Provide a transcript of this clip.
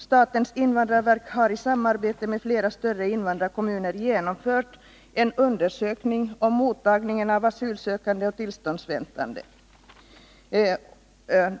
Statens invandrarverk har i samarbete med flera större invandrarkommuner genomfört en undersökning beträffande mottagandet av asylsökande och tillståndsväntande.